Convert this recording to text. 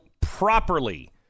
properly